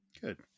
Good